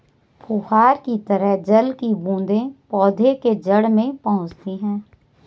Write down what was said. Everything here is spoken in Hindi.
फुहार की तरह जल की बूंदें पौधे के जड़ में पहुंचती है